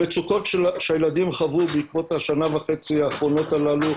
המצוקות שהילדים חוו בעקבות השנה וחצי האחרונות הללו,